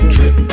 Trip